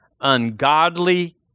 ungodly